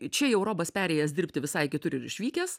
čia jau robas perėjęs dirbti visai kitur ir išvykęs